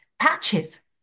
patches